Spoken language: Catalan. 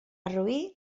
roí